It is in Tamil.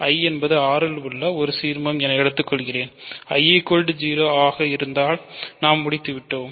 I என்பது R ல் உள்ள ஒரு சீர்மம் என எடுத்துக் கொள்கிறேன் I 0 ஆக இருந்தால் நாம் முடித்துவிட்டோம்